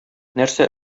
нәрсә